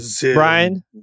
Brian